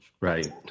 right